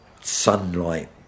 sunlight